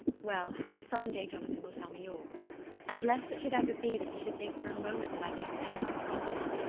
well, some day jonathan will tell me all and lest it should ever be that he should think for a moment that i kept anything from him,